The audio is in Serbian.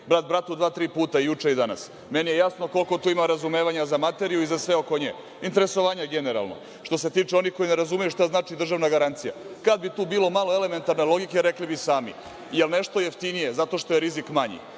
brat bratu dva-tri puta juče i danas. Meni je jasno koliko to ima razumevanja za materiju i za sve oko nje, interesovanje generalno. Što se tiče onih koji ne razumeju šta znači državna garancija, kada bi tu bilo malo elementarne logike rekli bi sami, jel nešto jeftinije, zato što je rizik manji.